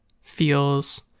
feels